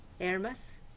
Ermas